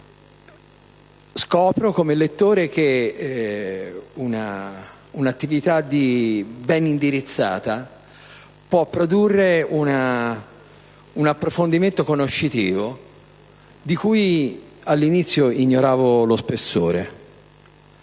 Scopro, come lettore, che un'attività ben indirizzata può produrre un approfondimento conoscitivo di cui all'inizio ignoravo lo spessore.